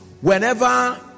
whenever